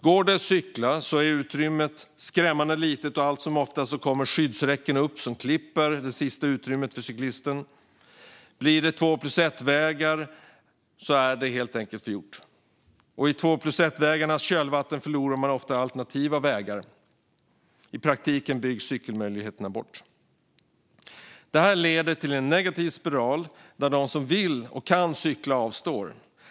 Går det att cykla är utrymmet skrämmande litet och allt som oftast kommer skyddsräcken upp som klipper det sista utrymmet för en cyklist. Blir det två-plus-ett-väg är det som förgjort, och i två-plus-ett-vägarnas kölvatten förlorar man oftast alternativa vägar. I praktiken byggs cykelmöjligheten bort. Det här leder till en negativ spiral där de som vill och kan cykla avstår.